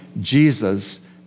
Jesus